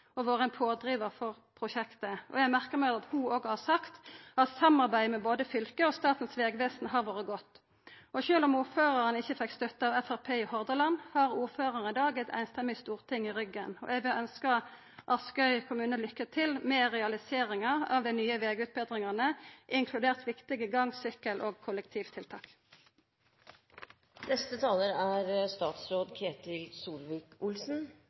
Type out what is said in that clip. har vore ein pådrivar for prosjektet. Eg merkar meg at ho har sagt at samarbeidet både med fylket og Statens vegvesen har vore godt. Sjølv om ordføraren ikkje fekk støtte av Framstegspartiet i Hordaland, har ordføraren i dag eit samrøystes Storting i ryggen. Eg vil ønska Askøy kommune lykke til med realiseringa av dei nye vegutbetringane, inkludert viktige gang-, sykkel- og kollektivtiltak. Dette er